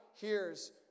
hears